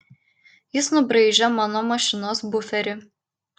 jis nubraižė mano mašinos buferį